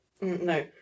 no